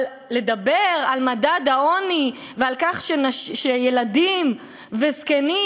אבל לדבר על מדד העוני ועל כך שילדים וזקנים